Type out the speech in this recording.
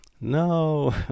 no